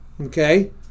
okay